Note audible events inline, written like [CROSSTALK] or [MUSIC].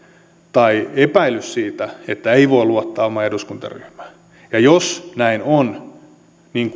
tai epäilys siitä että ei voi luottaa omaan eduskuntaryhmään jos näin on niin [UNINTELLIGIBLE]